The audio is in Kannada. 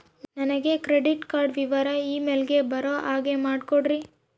ನನಗೆ ಕ್ರೆಡಿಟ್ ಕಾರ್ಡ್ ವಿವರ ಇಮೇಲ್ ಗೆ ಬರೋ ಹಾಗೆ ಮಾಡಿಕೊಡ್ರಿ?